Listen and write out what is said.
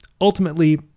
Ultimately